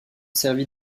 servi